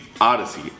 Odyssey